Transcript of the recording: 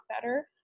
better